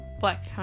Black